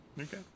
Okay